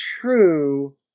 true